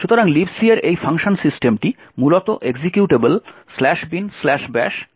সুতরাং Libc এর এই ফাংশন সিস্টেমটি মূলত এক্সিকিউটেবল "binbash" কার্যকর করবে